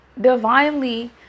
divinely